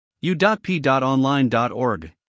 u.p.online.org